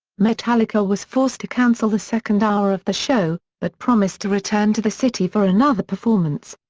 metallica was forced to cancel the second hour of the show, but promised to return to the city for another performance.